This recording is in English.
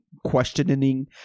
questioning